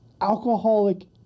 alcoholic